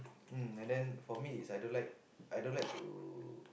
mm and then for me is I don't like I don't like